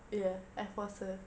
ya I forced her